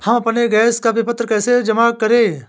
हम अपने गैस का विपत्र कैसे जमा करें?